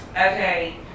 Okay